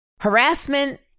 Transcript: Harassment